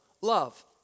love